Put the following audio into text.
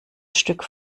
stück